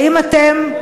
האם אתם,